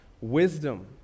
wisdom